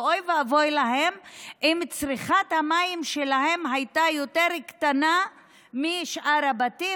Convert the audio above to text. ואוי ואבוי להם אם צריכת המים שלהם הייתה יותר קטנה משל שאר הבתים,